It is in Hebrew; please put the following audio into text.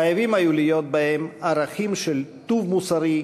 חייבים היו להיות בהם ערכים של טוב מוסרי,